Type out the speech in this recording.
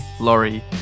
Laurie